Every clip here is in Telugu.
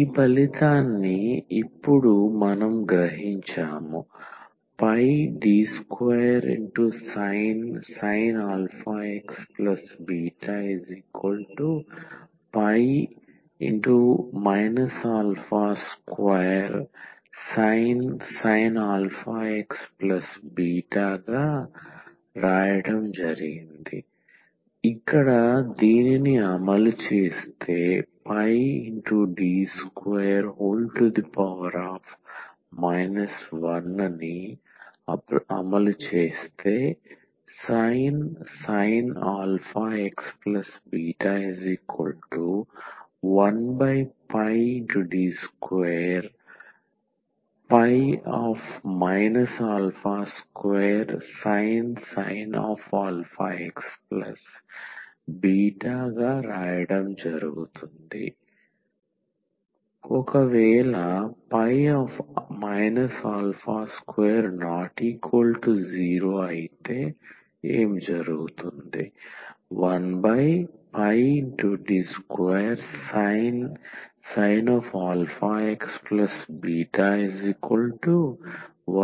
ఈ ఫలితాన్ని ఇప్పుడు మనం గ్రహించాము D2sin αxβ ϕ 2sin αxβ అమలు చేయడం D2 1 sin αxβ 1ϕ 2sin αxβ 2≠0 అయితే 1ϕsin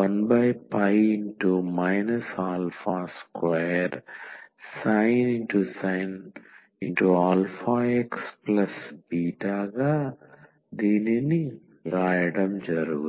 αxβ 1ϕsin αxβ